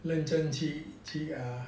认真去呃